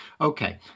okay